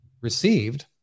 received